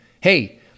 hey